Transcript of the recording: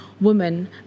women